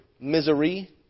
misery